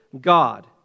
God